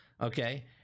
Okay